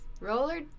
Roller